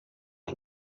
har